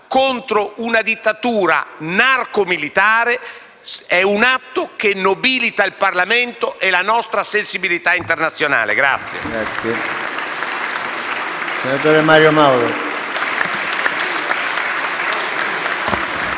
contro una dittatura narcomilitare, è un atto che nobilita il Parlamento e la nostra sensibilità internazionale.